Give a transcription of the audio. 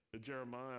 Jeremiah